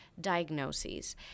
diagnoses